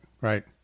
right